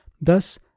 Thus